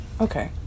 Okay